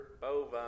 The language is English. Bovine